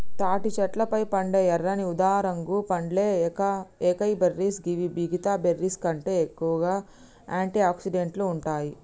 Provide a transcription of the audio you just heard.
తాటి చెట్లపై పండే ఎర్రని ఊదారంగు పండ్లే ఏకైబెర్రీస్ గివి మిగితా బెర్రీస్కంటే ఎక్కువగా ఆంటి ఆక్సిడెంట్లు ఉంటాయి